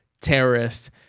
terrorist